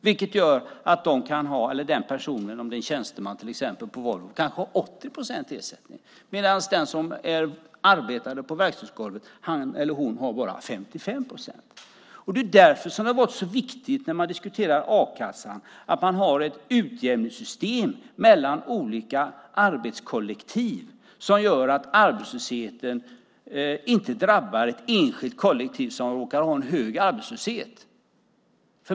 Det gör att till exempel en tjänsteman på Volvo kanske har 80 procents ersättning, medan den som är arbetare på verkstadsgolvet har bara 55 procents ersättning. Det är därför som det har varit så viktigt när det gäller a-kassan att man har ett utjämningssystem mellan olika arbetskollektiv som gör att arbetslösheten inte drabbar ett enskilt kollektiv som råkar ha en hög arbetslöshet.